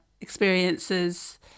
experiences